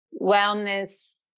wellness